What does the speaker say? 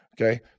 okay